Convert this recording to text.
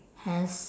has